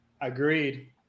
Agreed